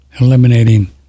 eliminating